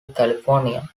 california